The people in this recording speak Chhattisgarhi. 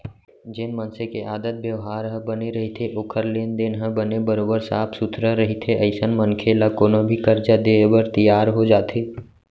जेन मनसे के आदत बेवहार ह बने रहिथे ओखर लेन देन ह बने बरोबर साफ सुथरा रहिथे अइसन मनखे ल कोनो भी करजा देय बर तियार हो जाथे